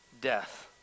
death